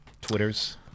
Twitters